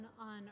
on